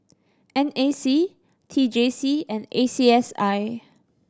N A C T J C and A C S I